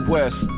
West